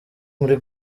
muri